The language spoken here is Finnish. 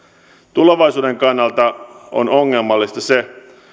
tulevaisuuden kannalta on ongelmallista se